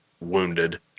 wounded